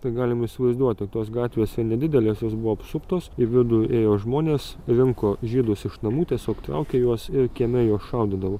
tai galim įsivaizduoti tos gatvės yra nedidelės jos buvo apsuptos į vidų ėjo žmonės rinko žydus iš namų tiesiog traukė juos ir kieme juos šaudydavo